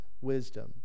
wisdom